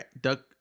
duck